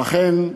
ולכן,